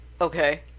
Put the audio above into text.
okay